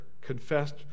confessed